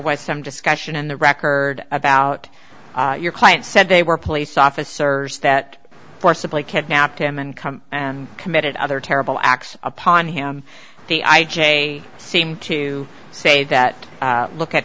was some discussion in the record about your client said they were police officers that forcibly kidnapped him and come and committed other terrible acts upon him the i j a seem to say that look at